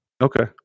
Okay